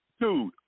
Dude